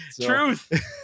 Truth